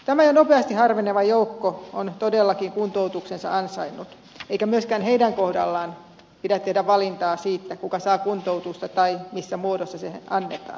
tämä nopeasti harveneva joukko on todellakin kuntoutuksensa ansainnut eikä myöskään heidän kohdallaan pidä tehdä valintaa siitä kuka saa kuntoutusta tai missä muodossa se annetaan